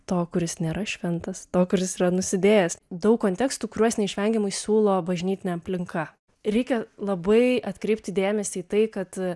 to kuris nėra šventas to kuris yra nusidėjęs daug kontekstų kuriuos neišvengiamai siūlo bažnytinė aplinka reikia labai atkreipti dėmesį į tai kad